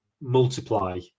multiply